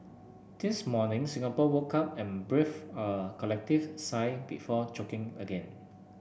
this morning Singapore woke up and breathed a collective sigh before choking again